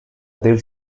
del